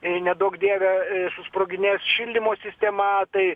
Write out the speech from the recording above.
neduok dieve susproginės šildymo sistema tai